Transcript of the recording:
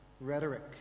rhetoric